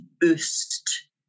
boost